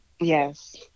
yes